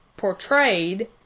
portrayed